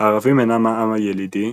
הערבים אינם העם הילידי,